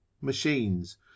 Machines